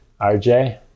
RJ